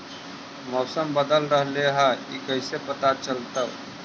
मौसम बदल रहले हे इ कैसे पता चलतै?